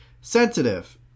sensitive